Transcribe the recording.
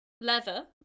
leather